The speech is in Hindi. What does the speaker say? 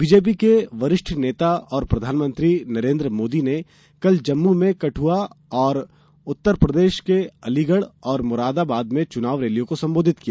भाजपा के वरिष्ठ नेता और प्रधानमंत्री नरेन्द्र मोदी ने कल जम्मू में कठ्आ तथा उत्तर प्रदेश में अलीगढ़ और मुरादाबाद में चुनाव रैलियों को संबोधित किया